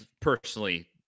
personally